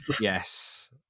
Yes